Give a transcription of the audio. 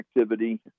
activity